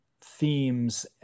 themes